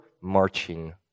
marching